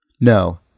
No